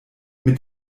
mit